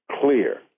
clear